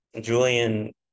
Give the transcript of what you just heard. Julian